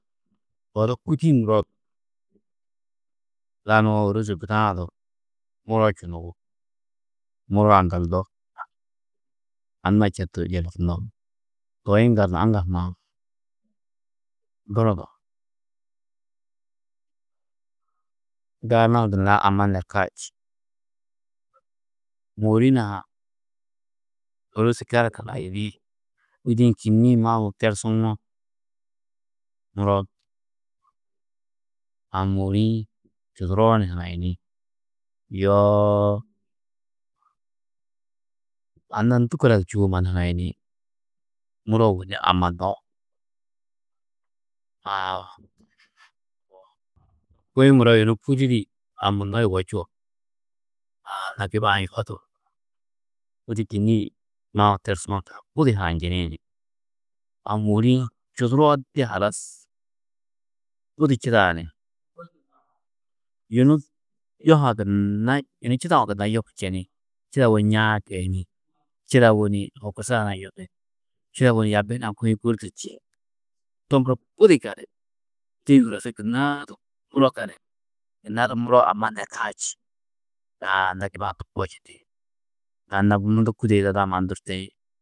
Odu kûdi-ĩ muro lanuwo ôroze guda-ã du muro čunubu, muro aŋgaldo, anna četu yerčunno. Toi yiŋgaldu aŋgal hunã dunudo. Daiman gunna amma nerkaa čî. Môori hunã ha ôrozi gali kûdi-ĩ kînniĩ mau tersuwo, muro aũ môori-ĩ čuduroo ni hanayini, yoo anna ndû kora čûwo mannu hanayini, muro ôwonni amanno, aã to kuĩ muro yunu kûdi di amanno yugó čuo, aa anna giba-ã yuhado, kûdi kînniĩ mau tersuwo budi hanajini ni, aũ môori-ĩ čuduroo de halas budi čidaa ni yunu yohã gunna yunu čidawo gunna yohu čeni. Čidawo ñaa-ã keyini, čidawo ni horkusa huna yohi, čidawo ni yaabi hunã ko-ĩ gôrdi čî, to muro budi gali, gunna du muro amma nerkaa čî, aã anna giba-ã to koo čindi, anna mundu kûde yidadã mannu durtiĩ.